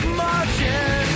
margin